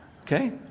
Okay